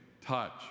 touch